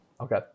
Okay